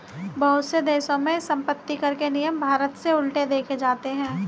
बहुत से देशों में सम्पत्तिकर के नियम भारत से उलट देखे जाते हैं